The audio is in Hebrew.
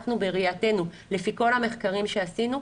בראייתנו לפי כל המחקרים שעשינו,